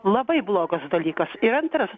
labai blogas dalykas ir antras